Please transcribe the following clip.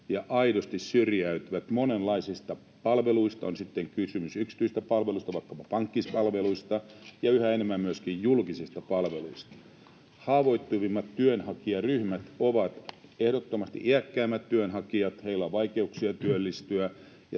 ja aidosti syrjäytyvät monenlaisista palveluista, on sitten kysymys yksityisistä palveluista, vaikkapa pankkipalveluista, tai yhä enemmän myöskin julkisista palveluista. Haavoittuvimmat työnhakijaryhmät ovat ehdottomasti iäkkäämmät työnhakijat. Heillä on vaikeuksia työllistyä.